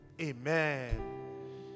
Amen